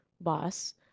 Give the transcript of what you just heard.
boss